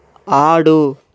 ఆడు